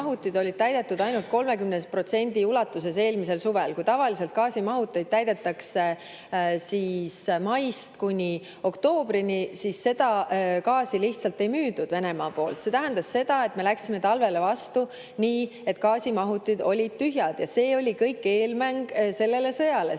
gaasimahutid täidetud ainult 30% ulatuses eelmisel suvel. Kui tavaliselt gaasimahuteid täidetakse maist kuni oktoobrini, siis mullu seda gaasi Venemaa lihtsalt ei müünud. See tähendas seda, et me läksime talvele vastu nii, et gaasimahutid olid tühjad. Ja see kõik oli eelmäng sellele sõjale.